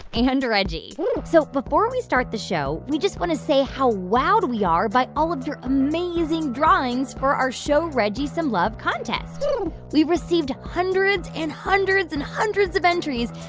and and reggie so before we start the show, we just want to say how wowed we are by all of your amazing drawings for our show reggie some love contest we've received hundreds and hundreds and hundreds of entries,